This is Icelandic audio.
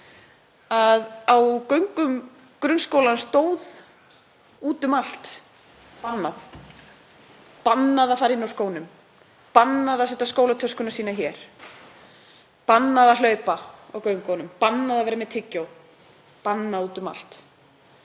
að á göngum grunnskólans stóð úti um allt: Bannað. Bannað að fara inn á skónum, bannað að setja skólatöskuna sína hér, bannað að hlaupa á göngunum, bannað að vera með tyggjó, „bannað“ úti um allt.